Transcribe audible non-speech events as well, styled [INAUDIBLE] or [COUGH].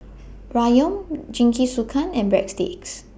[NOISE] Ramyeon Jingisukan and Breadsticks